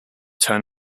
turn